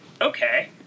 okay